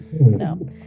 No